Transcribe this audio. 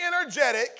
energetic